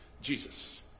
Jesus